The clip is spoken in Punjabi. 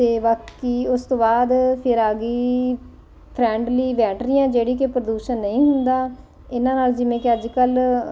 ਅਤੇ ਬਾਕੀ ਉਸ ਤੋਂ ਬਾਅਦ ਫਿਰ ਆ ਗਈ ਫਰੈਂਡਲੀ ਬੈਟਰੀਆਂ ਜਿਹੜੀ ਕਿ ਪ੍ਰਦੂਸ਼ਣ ਨਹੀਂ ਹੁੰਦਾ ਇਹਨਾਂ ਨਾਲ ਜਿਵੇਂ ਕਿ ਅੱਜ ਕੱਲ੍ਹ